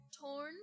torn